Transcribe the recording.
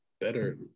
better